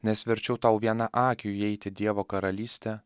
nes verčiau tau vienakiu įeit į dievo karalystę